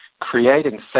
creating